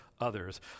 others